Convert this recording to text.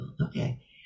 Okay